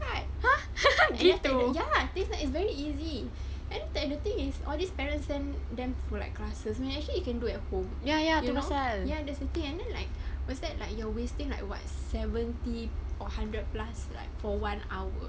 card ya this like it's very easy and then the thing is all these parents damn fool like classes actually you can do at home ya that's the thing and then like what's that like you're wasting like what seventy or hundred plus like for one hour